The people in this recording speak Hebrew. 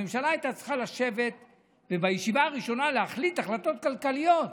הממשלה הייתה צריכה לשבת ובישיבה הראשונה להחליט החלטות כלכליות,